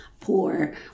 poor